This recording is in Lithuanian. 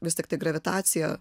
vis tiktai gravitacija